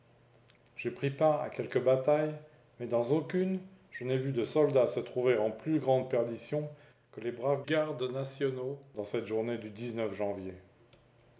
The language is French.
j'ai pris part à quelques batailles mais dans aucune je n'ai vu de soldats se trouver en si grande perdition que les braves gardes nationaux dans cette journée du janvier